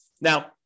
Now